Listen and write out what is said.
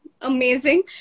Amazing